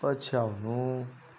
पछ्याउनु